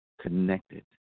connected